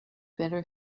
better